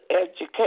education